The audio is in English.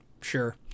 Sure